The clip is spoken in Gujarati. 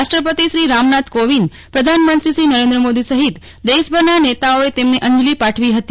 રાષ્ટ્રપતિ શ્રી રામનાથ કોવિંદ પ્રધાનમંત્રી શ્રી નરેન્દ્ર મોદી સહીત દેશભરના નેતાઓએ તેમને અંજલી પાઠવી હતી